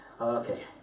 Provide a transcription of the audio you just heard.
Okay